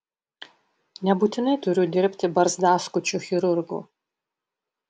nebūtinai turiu dirbti barzdaskučiu chirurgu